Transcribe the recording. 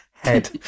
head